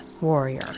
warrior